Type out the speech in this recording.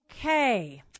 Okay